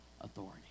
authority